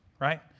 right